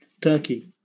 Turkey